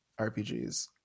RPGs